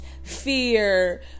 fear